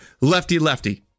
lefty-lefty